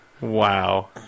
Wow